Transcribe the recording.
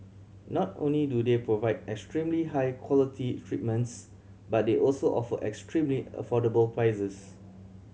not only do they provide extremely high quality treatments but they also offer extremely affordable prices